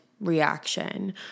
reaction